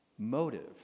Motive